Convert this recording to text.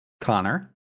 Connor